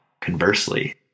conversely